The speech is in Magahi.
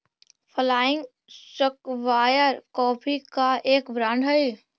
फ्लाइंग स्क्वायर कॉफी का एक ब्रांड हई